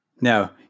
Now